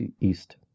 East